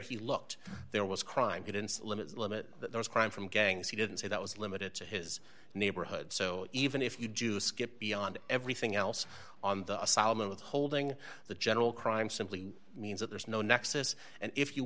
he looked there was crime he didn't limit his crime from gangs he didn't say that was limited to his neighborhood so even if you do skip beyond everything else on the asylum withholding the general crime simply means that there's no nexus and if you